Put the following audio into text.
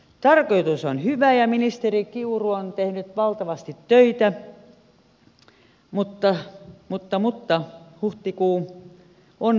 tarkoitus on hyvä ja ministeri kiuru on tehnyt valtavasti töitä mutta huhtikuu on nopeasti käsillä